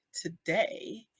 today